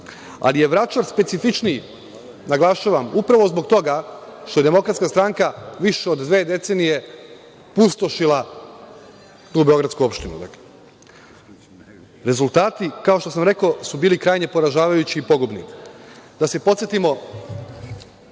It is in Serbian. je Vračar specifičniji, naglašavam, upravo zbog toga što je DS više od dve decenije pustošila tu beogradsku opštinu. Rezultati, kao što sam rekao, bili krajnje poražavajući i pogubni. Da se podsetimo,